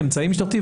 אמצעים משטרתיים,